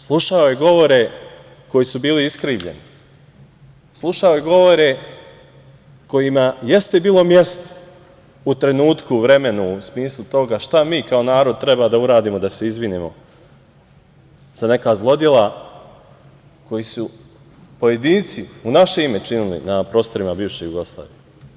Slušao je govore koji su bili iskrivljeni, slušao je govore kojima jeste bilo mesto u trenutku, vremenu u smislu toga šta mi kao narod treba da uradimo da se izvinimo za neka zlodela koja su pojedinci u naše ime učinili na prostorima bivše Jugoslavije.